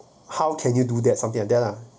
how can you do that something like that lah